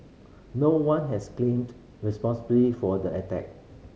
no one has claimed responsibility for the attack